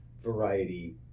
variety